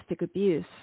abuse